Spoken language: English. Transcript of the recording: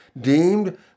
deemed